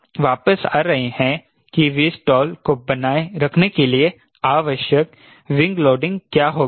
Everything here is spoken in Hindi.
अब हम वापस आ रहे हैं कि Vstall को बनाए रखने के लिए आवश्यक विंग लोडिंग क्या होगी